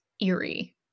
eerie